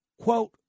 quote